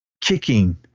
kicking